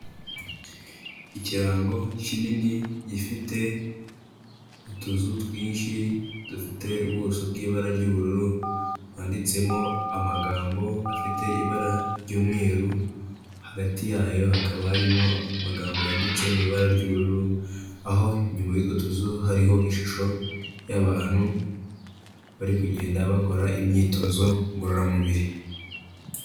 Ikirango kinini gifite utuzu twinshi dufite ubuso bw'ibara ry'ubururu, handitsemo amagambo afite ibara ry'umweru, hagati yayo hakaba harimo amagambo yanditse mu ibara ry'ubururu, aho inyuma y'utwo tuzu hariho ishusho y'abantu, bari kugenda bakora imyitozo ngororamubiri.